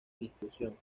distribución